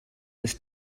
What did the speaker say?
this